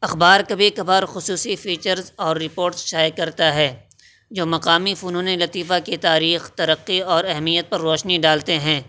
اخبار کبھی کبھار خصوصی فیچرز اور رپوٹس شائع کرتا ہے جو مقامی فنونِ لطیفہ کی تاریخ ترقی اور اہمیت پر روشنی ڈالتے ہیں